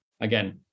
again